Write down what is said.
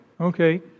Okay